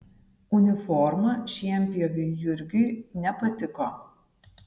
uniforma šienpjoviui jurgiui nepatiko